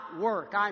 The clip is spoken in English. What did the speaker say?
work